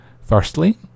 Firstly